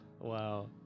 wow